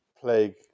plague